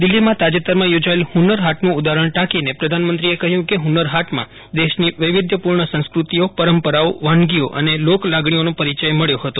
દિલ્ફીમાં તાજેતરમાં યોજાયેલ ફુન્નર ફાટનું ઉદાહરણ ટાંકીને પ્રધાનમંત્રીએ કહ્યું કે ફુન્નર ફાટમાં દેશની વૈવિધ્યપૂર્ણ સંસ્કૃતિઓ પરંપરાઓ વાનગીઓ અને લોકલાગણીઓનો પરિચય મળ્યો હતો